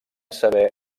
saber